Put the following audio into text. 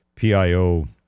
PIO